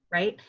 right?